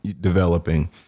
developing